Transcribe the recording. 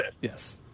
Yes